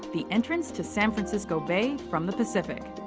the entrance to san francisco bay from the pacific.